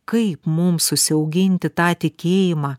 kaip mums užsiauginti tą tikėjimą